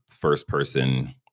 first-person